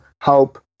help